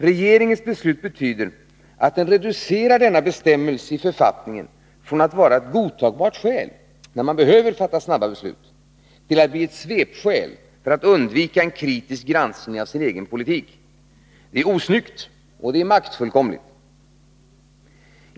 Regeringens beslut betyder att den reducerar denna bestämmelse i författningen från att vara ett godtagbart skäl när det krävs snabba beslut till att bli ett svepskäl för att undvika en kritisk granskning av sin egen politik. Det är osnyggt, och det är maktfullkomligt.